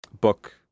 book